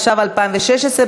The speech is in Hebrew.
התשע"ו 2016,